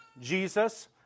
Jesus